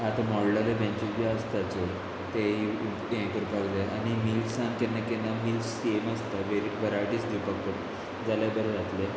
आतां मोडलेले बँचीस बी आसताचे ते हे करपाक जाय आनी मिल्सान केन्ना केन्ना मिल्स सेम आसता वेरी वरायटीज दिवपाक पडटा जाल्यार बरें जातलें